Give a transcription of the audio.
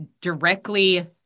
directly